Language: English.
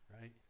right